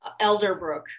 Elderbrook